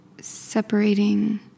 separating